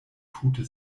tute